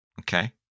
Okay